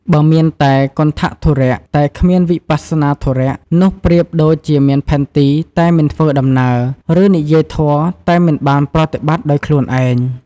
បើមានតែ គន្ថធុរៈ តែគ្មាន វិបស្សនាធុរៈ នោះប្រៀបដូចជាមានផែនទីតែមិនធ្វើដំណើរ ឬនិយាយធម៌តែមិនបានប្រតិបត្តិដោយខ្លួនឯង។